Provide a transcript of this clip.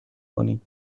کنیم